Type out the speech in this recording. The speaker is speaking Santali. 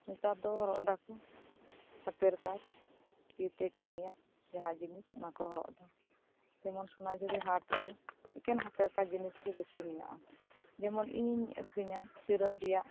ᱱᱮᱛᱟᱨ ᱫᱚ ᱦᱚᱨᱚᱜ ᱮᱫᱟᱠᱚ ᱦᱟᱛᱮᱨ ᱠᱟᱡᱽ ᱛᱤ ᱛᱮ ᱠᱟᱹᱢᱤᱭᱟᱜ ᱡᱟᱦᱟᱸ ᱡᱤᱱᱤᱥ ᱚᱱᱟ ᱠᱚ ᱦᱚᱨᱚᱜ ᱮᱫᱟ ᱡᱮᱢᱚᱱ ᱥᱚᱱᱟᱡᱷᱩᱨᱤ ᱦᱟᱴ ᱫᱚ ᱮᱠᱮᱱ ᱦᱟᱛᱮᱨ ᱠᱟᱡᱽ ᱡᱤᱱᱤᱥ ᱜᱮ ᱵᱤᱥᱤ ᱢᱮᱱᱟᱜᱼᱟ ᱡᱮᱢᱚᱱ ᱤᱧ ᱟᱹᱠᱷᱤᱧᱟ ᱥᱤᱨᱚᱢ ᱨᱮᱭᱟᱜ